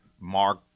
Mark